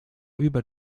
über